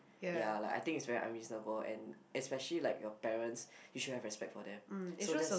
ya like I think it's very unreasonable and especially like your parents you should have respect for them